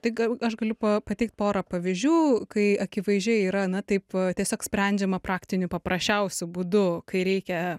tai gal aš galiu pa pateikt porą pavyzdžių kai akivaizdžiai yra na taip tiesiog sprendžiama praktiniu paprasčiausiu būdu kai reikia